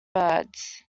birds